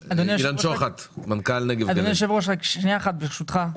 אדוני היושב-ראש רק שנייה אחת ברשותך.